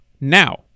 Now